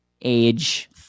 age